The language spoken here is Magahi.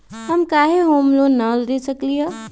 हम काहे होम लोन न ले सकली ह?